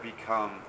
become